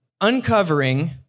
Uncovering